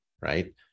right